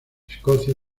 escocia